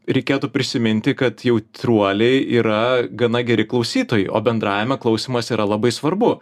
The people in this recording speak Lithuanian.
reikėtų prisiminti kad jautruoliai yra gana geri klausytojai o bendravime klausymas yra labai svarbu